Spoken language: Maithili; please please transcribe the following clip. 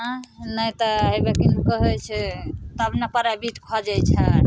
अँ नहि तऽ हेबे कि ने कहै छै तब ने प्राइवेट खोजै छै